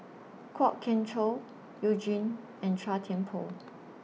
Kwok Kian Chow YOU Jin and Chua Thian Poh